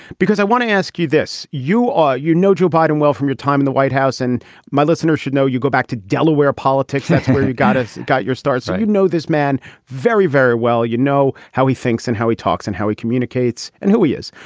because i want to ask you this. you are you know, joe biden well, from your time in the white house and my listeners should know, you go back to delaware politics. you've got got your start. so you know this man very, very well. you know how he thinks and how he talks and how he communicates and who he is.